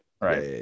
Right